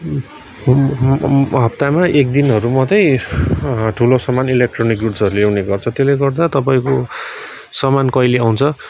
हप्तामा एक दिनहरू मात्रै ठुलो सामान इलेक्ट्रोनिक गुड्सहरू ल्याउने गर्छ त्यसले गर्दा तपाईँको सामान कहिले आउँछ